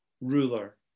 ruler